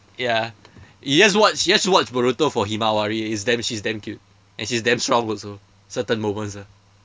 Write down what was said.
ya you just watch you just watch boruto for himawari it's damn she's damn she's damn cute and she's damn strong also certain moments ah